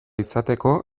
izateko